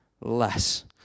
less